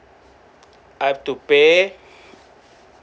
I've to pay